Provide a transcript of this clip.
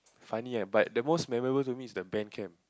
funny ah but the most memorable to me is the band camp